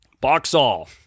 Boxall